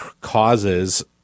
causes